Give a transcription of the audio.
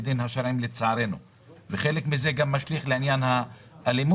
הדין השרעים וחלק מזה גם משליך לעניין האלימות.